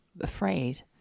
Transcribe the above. afraid